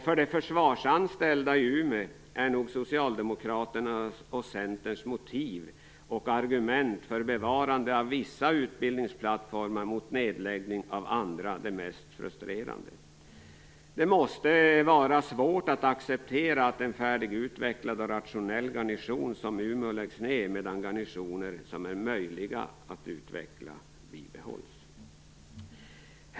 För de försvarsanställda i Umeå är nog Socialdemokraternas och Centerns motiv och argument för bevarande av vissa utbildningsplattformar mot nedläggning av andra det mest frustrerande. Det måste vara svårt att acceptera att en färdigutvecklad och rationell garnison som Umeå läggs ned, medan garnisoner som är möjliga att utveckla bibehålls.